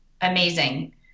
amazing